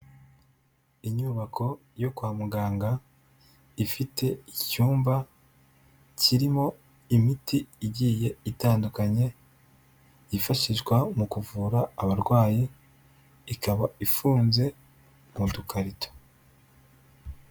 Inyubako yo kwa muganga ifite icyumba kirimo imiti igiye itandukanye yifashishwa mu kuvura abarwayi, ikaba ifunze mu dukarito.